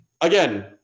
again